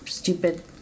stupid